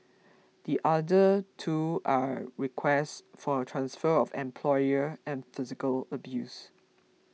the other two are requests for transfer of employer and physical abuse